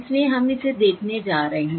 इसलिए हम इसे देखने जा रहे हैं